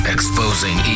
Exposing